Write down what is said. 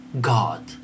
God